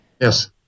Yes